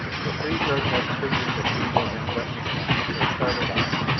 the three grotesque figures of anita, venza and snap had started off.